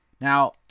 Now